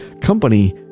company